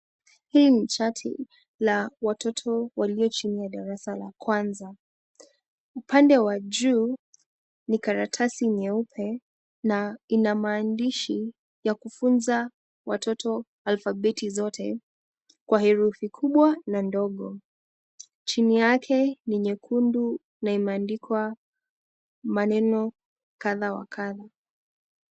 Hii ni charti la watoto walio chini ya darasa la kwanza. Upande wa juu ni karatasi nyeupe na ina maandishi ya kufunza watoto alfabeti zote kwa herufi kubwa na ndogo, chini yake ni nyekundu na imeandikwa maneno kadha wa kadha.